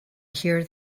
hear